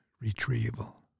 retrieval